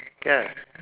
ya